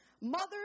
Mothers